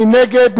מי נגד?